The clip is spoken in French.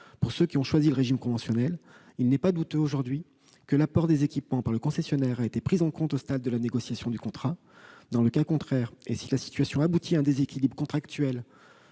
Pour ceux qui ont choisi la seconde option, il n'est pas douteux que l'apport des équipements par le concessionnaire a été pris en compte au stade de la négociation du contrat. Dans le cas contraire, et si la situation aboutit à un déséquilibre contractuel,